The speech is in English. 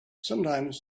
sometimes